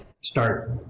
start